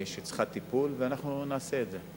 שצריכה טיפול, ואנחנו נעשה את זה.